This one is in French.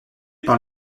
par